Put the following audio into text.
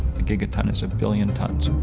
a gigaton is a billion tons.